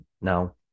now